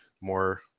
more